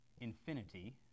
infinity